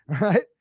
Right